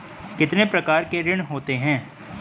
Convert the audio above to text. कितने प्रकार के ऋण होते हैं?